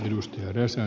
arvoisa puhemies